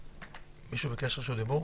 מישהו ביקש רשות דיבור?